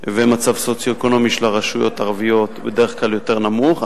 והמצב הסוציו-אקונומי של הרשויות הערביות הוא בדרך כלל יותר נמוך,